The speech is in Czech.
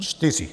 Čtyři.